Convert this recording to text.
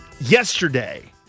yesterday